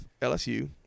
LSU